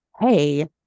Hey